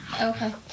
Okay